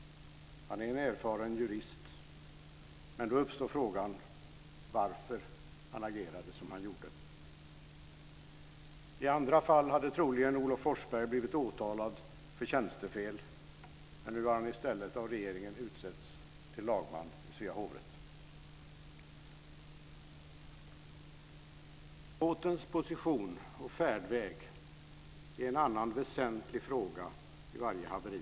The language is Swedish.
Han är en erfaren jurist. Men då uppstår frågan varför han agerade som han gjorde. I andra fall hade Olof Forsberg troligen blivit åtalad för tjänstefel, men nu har han i stället av regeringen utnämnts till lagman i Svea Hovrätt. Båtens position och färdväg är en annan väsentlig fråga i varje haveri.